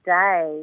day